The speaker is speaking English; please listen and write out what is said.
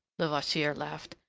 levasseur laughed.